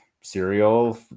cereal